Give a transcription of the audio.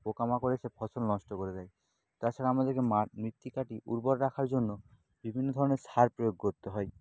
পোকামাকড় এসে ফসল নষ্ট করে দেয় তাছাড়া আমাদেরকে মৃত্তিকাটি উর্বর রাখার জন্য বিভিন্ন ধরনের সার প্রয়োগ করতে হয়